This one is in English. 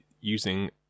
using